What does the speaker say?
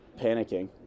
panicking